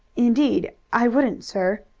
indeed i wouldn't, sir.